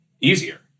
easier